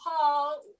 Paul